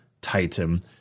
Titan